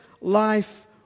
life